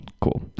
cool